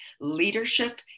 Leadership